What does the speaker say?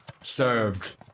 served